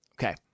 Okay